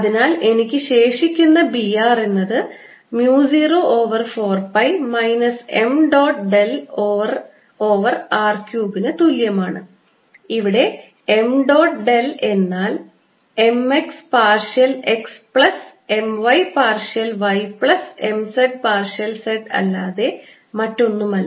അതിനാൽ എനിക്ക് ശേഷിക്കുന്ന ബി r എന്നത് mu 0 over 4 pi minus m dot del r over r ക്യൂബിന് തുല്യമാണ് ഇവിടെ m ഡോട്ട് ഡെൽ എന്നാൽ m x partial x plus m y partial y plus m z partial z അല്ലാതെ മറ്റൊന്നുമല്ല